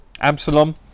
Absalom